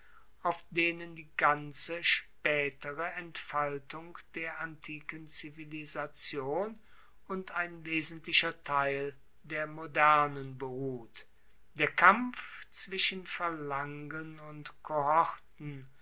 auf denen die ganze spaetere entfaltung der antiken zivilisation und ein wesentlicher teil der modernen beruht der kampf zwischen phalangen und kohorten